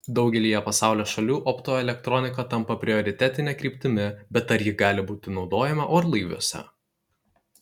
daugelyje pasaulio šalių optoelektronika tampa prioritetine kryptimi bet ar ji gali būti naudojama orlaiviuose